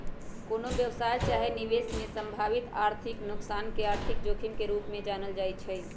कोनो व्यवसाय चाहे निवेश में संभावित आर्थिक नोकसान के आर्थिक जोखिम के रूप में जानल जाइ छइ